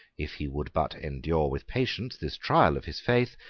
if he would but endure with patience this trial of his faith,